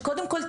שקודם כל,